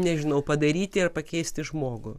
nežinau padaryti ar pakeisti žmogų